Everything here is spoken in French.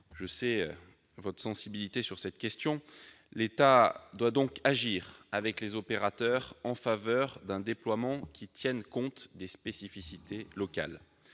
vous êtes sensible à cette question. L'État doit donc agir avec les opérateurs pour permettre un déploiement qui tienne compte des spécificités locales.